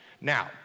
Now